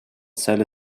solar